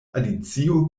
alicio